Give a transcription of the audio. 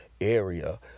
area